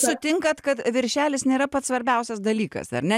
sutinkat kad viršelis nėra pats svarbiausias dalykas ar ne